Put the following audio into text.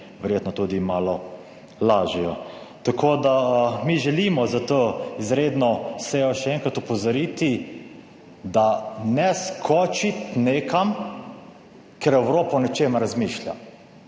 verjetno tudi malo lažejo. Tako da mi želimo z to izredno sejo še enkrat opozoriti, da ne skočiti nekam, ker Evropa o nečem razmišlja.